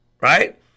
Right